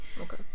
Okay